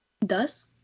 Thus